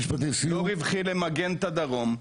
רווחי למגן את הדרום,